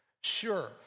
Sure